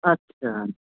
अच्छा